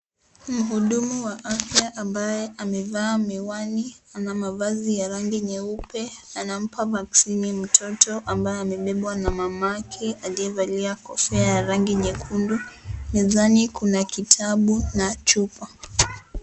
Mhudumu wa afya ambaye amevaa miwani, ana mavazi ya rangi nyeupe na anampa (CS)vaccini(CS)mtoto ambaye amebebwa na mama yake aliyevalia kofia ya rangi nyekundu. Mezani kuna kitabu na chupa.